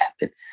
happen